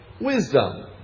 wisdom